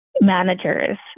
managers